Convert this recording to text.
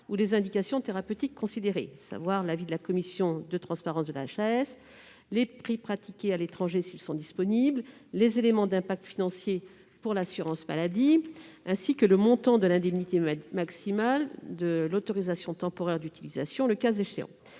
ou les indications thérapeutiques considérées : l'avis de la commission de transparence de la HAS, les prix pratiqués à l'étranger s'ils sont disponibles, les éléments d'impact financier pour l'assurance maladie, ainsi que le montant de l'indemnité maximale de l'autorisation temporaire d'utilisation, le cas échéant.